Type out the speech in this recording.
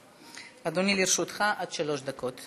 אדוני, לרשותך עד שלוש דקות.